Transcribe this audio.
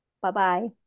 Bye-bye